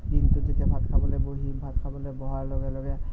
দিনটোত যেতিয়া ভাত খাবলৈ বহিম ভাত খাবলৈ বহাৰ লগে লগে